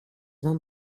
van